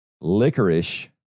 licorice